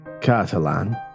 Catalan